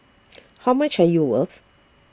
how much are you worth